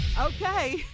Okay